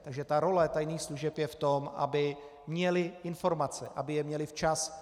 Takže role tajných služeb je v tom, aby měly informace, aby je měly včas.